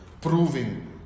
proving